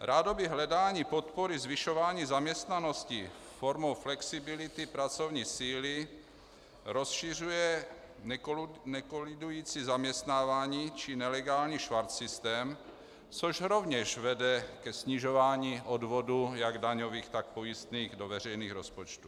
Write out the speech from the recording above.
Rádoby hledání podpory zvyšování zaměstnanosti formou flexibility pracovní síly rozšiřuje nekolidující zaměstnávání či nelegální švarcsystém, což rovněž vede ke snižování odvodů, jak daňových, tak pojistných, do veřejných rozpočtů.